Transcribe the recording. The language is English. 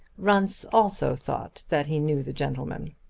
runce also thought that he knew the gentleman.